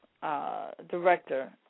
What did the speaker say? Director